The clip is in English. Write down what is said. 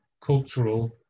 cultural